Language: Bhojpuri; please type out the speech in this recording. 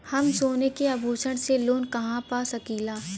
हम सोने के आभूषण से लोन कहा पा सकीला?